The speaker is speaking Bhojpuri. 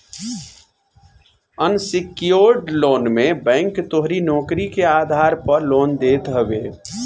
अनसिक्योर्ड लोन मे बैंक तोहरी नोकरी के आधार पअ लोन देत हवे